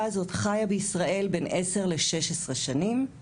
הזאת חיה בישראל בין עשר ל-16 שנים.